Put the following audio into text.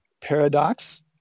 Paradox